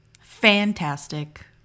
Fantastic